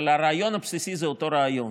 אבל הרעיון הבסיסי הוא אותו רעיון: